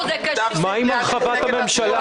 מה עם הרחבת הממשלה?